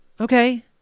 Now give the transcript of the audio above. okay